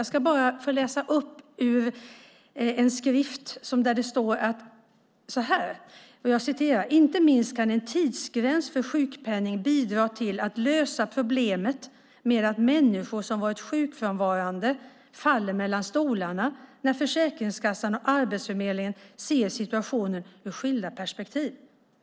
Jag ska läsa ur en skrift där följande står: "Inte minst kan en tidsgräns för sjukpenningen bidra till att lösa problemet med att människor som varit sjukfrånvarande faller mellan stolarna när Försäkringskassan och Arbetsförmedlingen ser situationen ur skilda perspektiv."